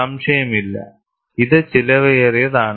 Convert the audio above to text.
സംശയമില്ല ഇത് ചെലവേറിയതാണ്